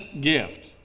gift